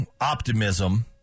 optimism